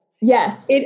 Yes